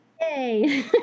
yay